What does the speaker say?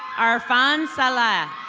arfan saleh.